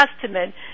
testament